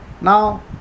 Now